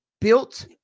built